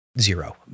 zero